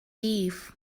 eve